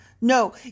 No